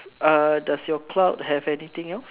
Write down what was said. uh does your cloud have anything else